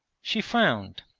she frowned,